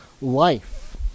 life